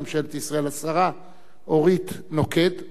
השרה אורית נוקד, היתה השנה